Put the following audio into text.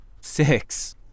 six